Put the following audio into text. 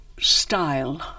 style